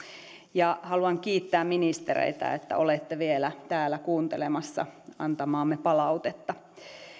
ja haluan kiittää ministereitä että olette vielä täällä kuuntelemassa antamaamme palautetta